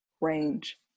range